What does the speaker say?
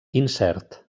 incert